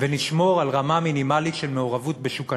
ונשמור על רמה מינימלית של מעורבות בשוק הנדל"ן.